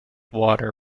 water